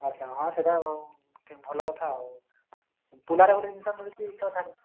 ଆଚ୍ଛା ହଁ ସେଇଟା ଭଲ କଥା ଆଉ ପୋଲାରେ ଗୋଟିଏ ଜିନିଷ ମିଳୁଛି ତ ଛାଡ଼ିବୁ